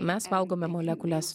mes valgome molekules